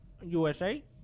USA